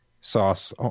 sauce